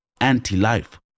anti-life